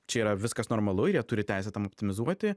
čia yra viskas normalu ir jie turi teisę tam optimizuoti